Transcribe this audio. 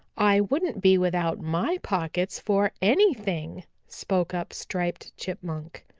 i wouldn't be without my pockets for any thing, spoke up striped chipmunk.